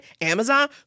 amazon